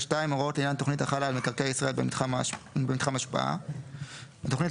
הוראות לעניין תוכנית החלה על מקרקעי ישראל במתחם השפעה 32. בתוכנית